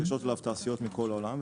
מתקשרות אליו תעשיות מכל העולם,